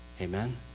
amen